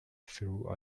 through